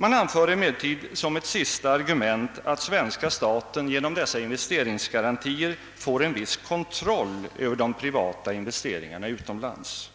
Man anför emellertid som ett sista argument att svenska staten genom dessa investeringsgarantier får en viss kontroll över de privata investeringarna utomlands.